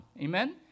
Amen